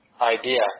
idea